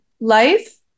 Life